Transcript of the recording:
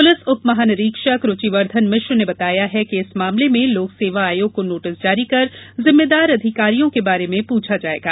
police उपमहानिरीक्षक रुचिवर्धन मिश्र ने बताया कि इस मामले में लोकसेवा आयोग को नोटिस जार्री कर जिम्मेदार अधिकारियों के बारे में पूछा जाएगा